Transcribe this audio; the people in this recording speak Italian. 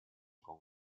con